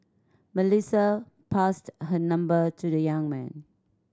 Melissa passed her number to the young man